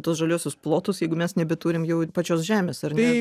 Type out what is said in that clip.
tuos žaliuosius plotus jeigu mes nebeturim jau ir pačios žemės ar ne